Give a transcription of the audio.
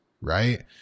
right